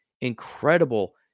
incredible